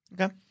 okay